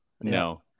no